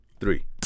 three